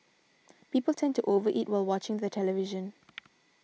people tend to over eat while watching the television